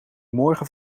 morgen